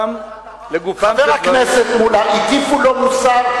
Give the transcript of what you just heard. חבר הכנסת מולה, הטיפו לו מוסר.